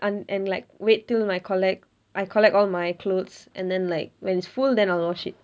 un~ and like wait till I collect I collect all my clothes and then like when it's full then I'll wash it